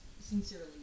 sincerely